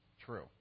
True